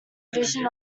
vision